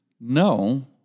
No